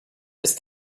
ist